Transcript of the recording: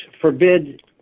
forbid